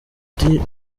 ati